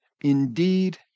indeed